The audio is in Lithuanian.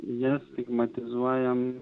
jas stigmatizuojam